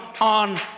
on